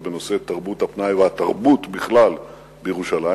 בנושא תרבות הפנאי והתרבות בכלל בירושלים,